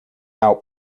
out